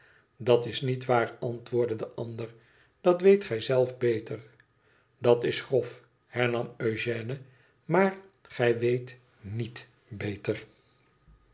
dat b niet waar antwoordde de ander dat weet gij zelf beter dat is grof hernam eugène maar gij weet niet beter